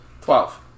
Twelve